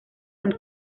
und